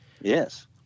Yes